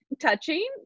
touching